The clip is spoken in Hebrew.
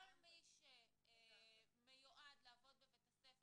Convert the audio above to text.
כל מי שמיועד לעבוד בבית הספר,